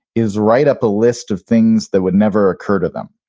is write up a list of things that would never occur to them.